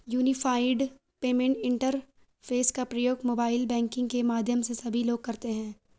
unified payment interface का प्रयोग mobile banking के माध्यम से सभी लोग करते हैं